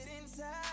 inside